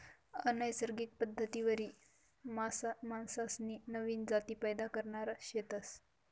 अनैसर्गिक पद्धतवरी मासासनी नवीन जाती पैदा करणार शेतस